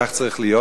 כך צריך להיות,